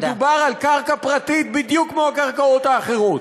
מדובר על קרקע פרטית בדיוק כמו הקרקעות האחרות.